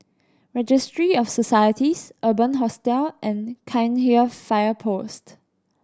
Registry of Societies Urban Hostel and Cairnhill Fire Post